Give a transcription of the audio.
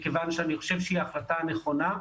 מכיוון שאני חושב שזו החלטה נכונה.